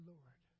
Lord